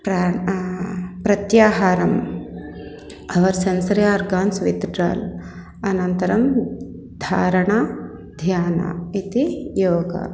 प्रा प्रत्याहारः our sense organs withdrawal अनन्तरं धारणा ध्यानम् इति योगः